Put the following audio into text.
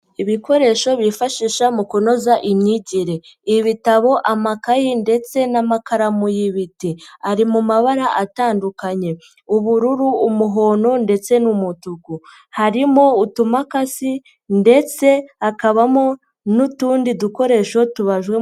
Ibikoresho bifashisha mu kunoza imyigire, ibitabo, amakayi ndetse n'amakaramu y'ibiti, ari mu mabara atandukanye, ubururu, umuhondo ndetse n'umutuku, harimo utumakasi ndetse hakabamo n'utundi dukoresho tubajwe...